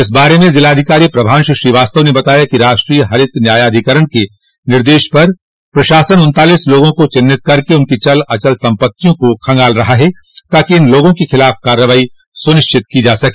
इस बारे में जिलाधिकारी प्रभांशु श्रीवास्तव ने बताया कि राष्ट्रीय हरित न्यायाधिकरण के निर्देश पर प्रशासन उन्तालीस लोगों को चिन्हित कर उनकी चल अचल सम्पत्तियों को खंगाल रहा है ताकि इन लोगों के खिलाफ कार्रवाई सुनिश्चित की जा सके